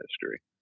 history